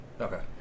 Okay